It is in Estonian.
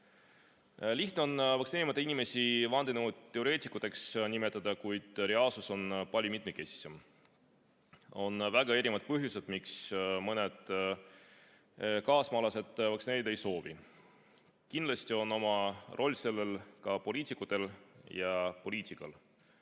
on vaktsineerimata inimesi vandenõuteoreetikuteks nimetada, kuid reaalsus on palju mitmekesisem. On väga erinevad põhjused, miks mõned kaasmaalased vaktsineerida ei soovi. Kindlasti on oma roll selles ka poliitikutel ja poliitikal.